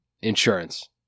insurance